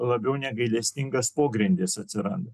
labiau negailestingas pogrindis atsiranda